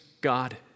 God